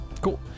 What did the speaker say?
Cool